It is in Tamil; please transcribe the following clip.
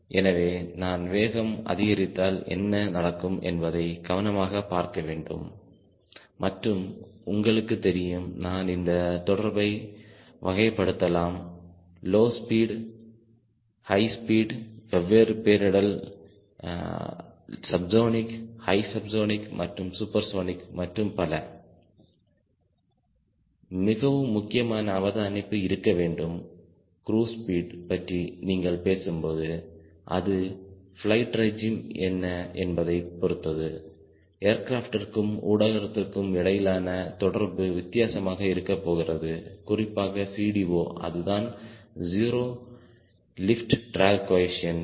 எனவே நாம் வேகம் அதிகரித்தால் என்ன நடக்கும் என்பதை கவனமாக பார்க்க வேண்டும் மற்றும் உங்களுக்கு தெரியும் நாம் இந்த தொடர்பை வகைப்படுத்தலாம் லோ ஸ்பீட் ஹை ஸ்பீட் வெவ்வேறு பேரிடரில் சப்சொனிக் ஹை சம்சொனிக் மற்றும் சூப்பர்சோனிக் மற்றும் பல மிகவும் முக்கியமான அவதானிப்பு இருக்க வேண்டும் க்ரூஸ் ஸ்பீடு பற்றி நீங்கள் பேசும்போது அது பிளைட் ரஜிம் என்ன என்பதை பொருத்தது ஏர்கிராப்ட்ற்கும் ஊடகத்திற்கும் இடையிலான தொடர்பு வித்தியாசமாக இருக்கப்போகிறது குறிப்பாக CD0 அதுதான் ஸிரோ லிப்ட் ட்ராக் கோஏபிசிஎன்ட்